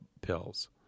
pills